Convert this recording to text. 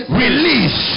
release